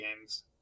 games